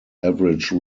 average